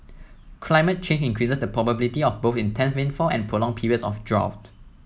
climate change increases the probability of both intense rainfall and prolonged periods of drought